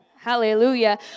Hallelujah